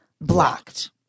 Blocked